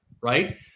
right